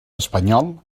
espanyol